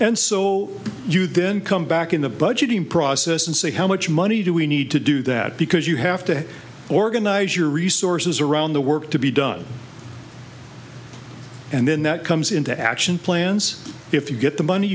and so you then come back in the budgeting process and say how much money do we need to do that because you have to organize your resources around the work to be done and then that comes into action plans if you get the money